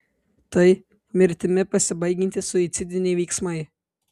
tai mirtimi pasibaigiantys suicidiniai veiksmai